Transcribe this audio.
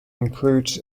includes